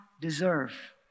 deserve